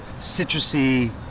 citrusy